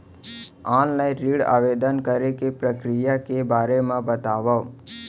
Online ऋण आवेदन के प्रक्रिया के बारे म बतावव?